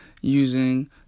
using